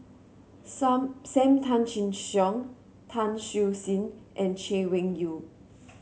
Some Sam Tan Chin Siong Tan Siew Sin and Chay Weng Yew